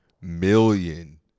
million